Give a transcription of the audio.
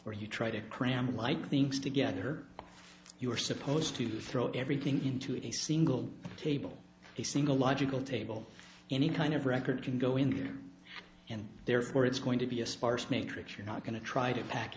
where you try to cram like things together you are supposed to throw everything into a single table a single logical table any kind of record can go in there and therefore it's going to be a sparse matrix you're not going to try to pack